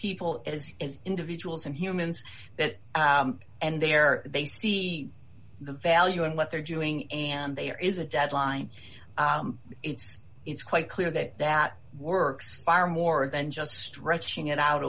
people it is as individuals and humans that and their they see the value in what they're doing and they are is a deadline it's it's quite clear that that works far more than just stretching it out